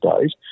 days